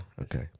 okay